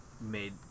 made